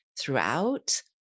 throughout